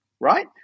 right